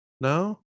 No